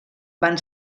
van